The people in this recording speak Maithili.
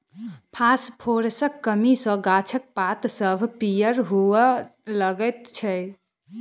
फासफोरसक कमी सॅ गाछक पात सभ पीयर हुअ लगैत छै